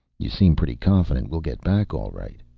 you seem pretty confident we'll get back, all right,